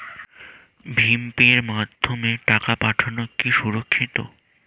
ভিম পের মাধ্যমে টাকা পাঠানো কি সুরক্ষিত?